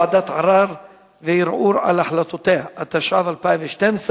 בקשת ועדת הכלכלה נתקבלה וההצעה תועבר לוועדה להמשך דיון.